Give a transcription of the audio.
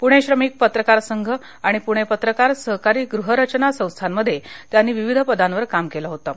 पूणे श्रमिक पत्रकार संघ आणि पूणे पत्रकार सहकारी गृहरचना संस्थेमध्ये त्यांनी विविध पदांवर काम केलं होतं